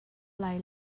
lai